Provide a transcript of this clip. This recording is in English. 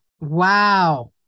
Wow